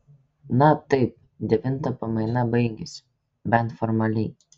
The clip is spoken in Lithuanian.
na taip devintą pamaina baigiasi bent formaliai